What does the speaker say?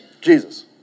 Jesus